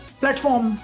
platform